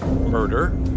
murder